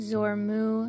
Zormu